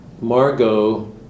Margot